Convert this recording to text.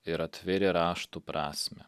ir atvėrė raštų prasmę